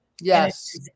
yes